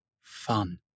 fun